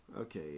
Okay